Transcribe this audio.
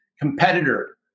competitor